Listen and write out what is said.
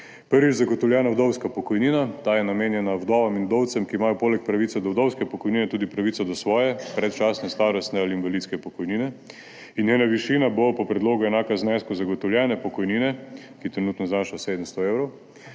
Prvič, zagotovljena vdovska pokojnina ta je namenjena vdovam in vdovcem, ki imajo poleg pravice do vdovske pokojnine tudi pravico do svoje predčasne starostne ali invalidske pokojnine. Njena višina bo po predlogu enaka znesku zagotovljene pokojnine, ki trenutno znaša 700 evrov,